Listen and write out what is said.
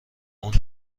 اونو